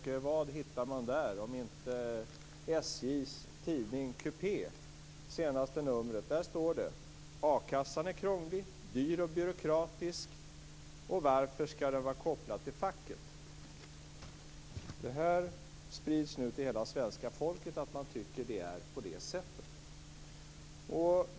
Vad hittar man där om inte SJ:s tidning Kupé, senaste numret. Där står det: A-kassan är krånglig, dyr och byråkratisk, och varför skall den vara kopplad till facket? Nu sprids det till hela svenska folket att man tycker att det är på det sättet.